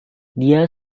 dia